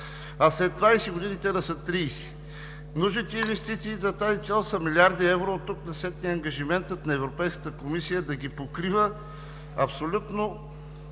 а след 20 години те да са 30. Нужните инвестиции за тази цел са милиарди евро, а оттук насетне ангажиментът на Европейската комисия да ги покрива абсолютно